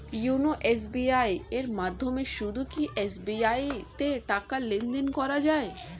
YONO SBI এর মাধ্যমে শুধুই কি এস.বি.আই তে টাকা লেনদেন করা যায়?